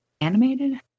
animated